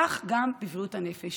כך גם בבריאות הנפש.